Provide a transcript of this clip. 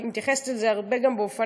אבל היא מתייחסת הרבה גם לאופניים.